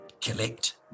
collect